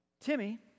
Timmy